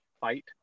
fight